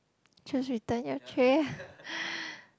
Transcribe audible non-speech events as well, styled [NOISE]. just return your tray [BREATH]